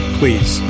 please